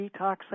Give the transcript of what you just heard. detoxing